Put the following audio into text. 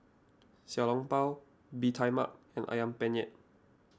Xiao Long Bao Bee Tai Mak and Ayam Penyet